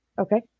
Okay